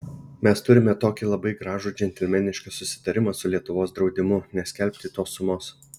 mes turime tokį labai gražų džentelmenišką susitarimą su lietuvos draudimu neskelbti tos sumos